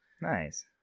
nice